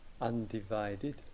undivided